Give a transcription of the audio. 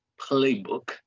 playbook